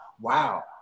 wow